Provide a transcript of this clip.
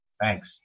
Thanks